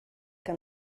que